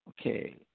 Okay